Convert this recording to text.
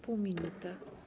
Pół minuty.